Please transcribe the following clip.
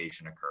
occur